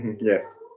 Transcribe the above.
yes